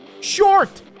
short